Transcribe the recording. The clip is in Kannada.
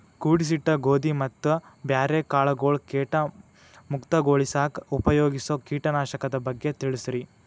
ಕೂಡಿಸಿಟ್ಟ ಗೋಧಿ ಮತ್ತ ಬ್ಯಾರೆ ಕಾಳಗೊಳ್ ಕೇಟ ಮುಕ್ತಗೋಳಿಸಾಕ್ ಉಪಯೋಗಿಸೋ ಕೇಟನಾಶಕದ ಬಗ್ಗೆ ತಿಳಸ್ರಿ